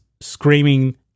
screaming